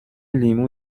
لیمو